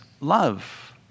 love